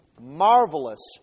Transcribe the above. marvelous